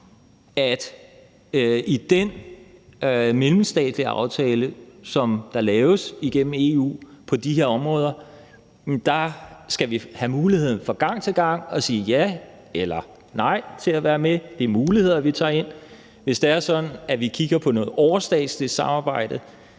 at i den mellemstatslige aftale, som der laves igennem EU på de her områder, skal vi have muligheden for fra gang til gang at sige ja eller nej til at være med. Det er muligheder, vi tager ind. Hvis det er sådan, at vi kigger på noget overstatsligt samarbejde,